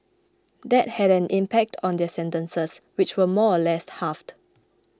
that had an impact on their sentences which were more or less halved